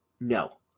No